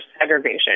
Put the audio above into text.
segregation